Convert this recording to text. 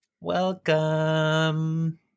Welcome